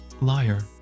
Liar